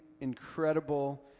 incredible